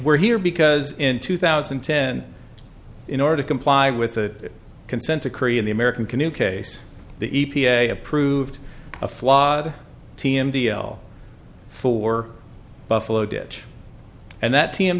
we're here because in two thousand and ten in order to comply with the consent decree in the american canoe case the e p a approved a flawed t m deal for buffalo ditch and that t